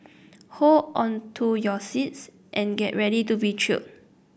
hold on to your seats and get ready to be thrilled